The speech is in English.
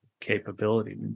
capability